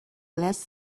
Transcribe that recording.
less